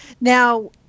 Now